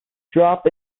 drop